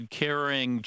carrying